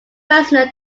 personal